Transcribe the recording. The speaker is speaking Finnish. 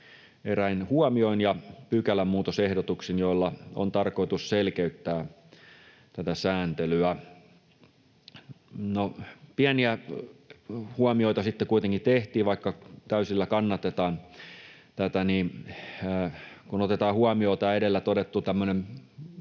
eräin huomioin ja pykälänmuutosehdotuksin, joilla on tarkoitus selkeyttää tätä sääntelyä. No, pieniä huomioita sitten kuitenkin tehtiin, vaikka täysillä kannatetaan tätä. Kun otetaan huomioon tämä edellä todettu